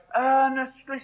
earnestly